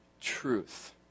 truth